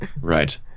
Right